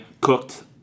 cooked